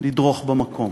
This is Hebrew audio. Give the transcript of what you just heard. לדרוך במקום.